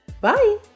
Bye